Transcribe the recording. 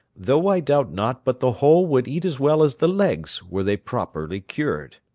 though i doubt not but the whole would eat as well as the legs, were they properly cured.